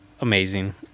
amazing